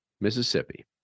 Mississippi